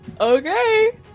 Okay